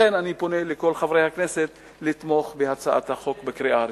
לכן אני פונה לכל חברי הכנסת לתמוך בהצעת החוק בקריאה ראשונה.